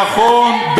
נכון,